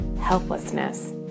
helplessness